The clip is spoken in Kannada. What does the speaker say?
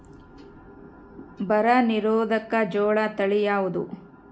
ಬರ ನಿರೋಧಕ ಜೋಳ ತಳಿ ಯಾವುದು?